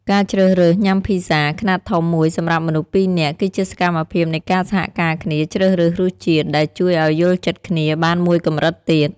ការជ្រើសរើសញ៉ាំ Pizza ខ្នាតធំមួយសម្រាប់មនុស្សពីរនាក់ គឺជាសកម្មភាពនៃការសហការគ្នាជ្រើសរើសរសជាតិ ដែលជួយឱ្យយល់ចិត្តគ្នាបានមួយកម្រិតទៀត។